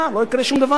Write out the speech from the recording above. לא יקרה שום דבר.